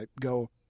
go